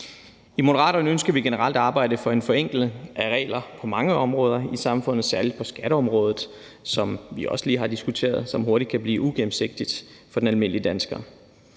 I Moderaterne ønsker vi generelt at arbejde for en forenkling af regler på mange områder i samfundet, særlig på skatteområdet, som vi også lige har diskuteret, og som hurtigt kan blive ugennemsigtigt for den almindelige dansker.